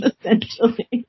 Essentially